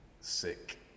sick